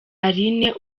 aline